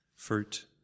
fruit